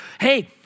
hey